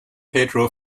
pedro